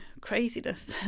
craziness